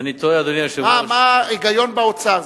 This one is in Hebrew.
אני תוהה, אדוני היושב-ראש, מה ההיגיון באוצר?